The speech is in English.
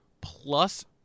plus